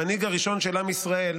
המנהיג הראשון של עם ישראל,